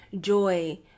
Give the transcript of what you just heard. joy